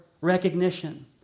recognition